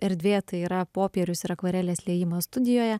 erdvė tai yra popierius ir akvarelės liejimas studijoje